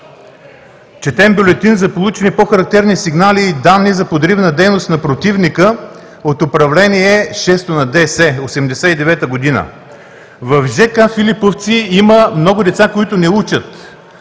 Четем бюлетин за получени по-характерни сигнали и данни за подривна дейност на противника от Управление 6-то на ДС – 1989 г.: „В ж.к. „Филиповци“ има много деца, които не учат.